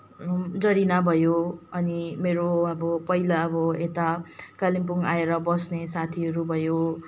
जरीना भयो अनि मेरो अब पहिला अब यता कालिम्पोङ आएर बस्ने साथीहरू भयो